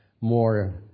more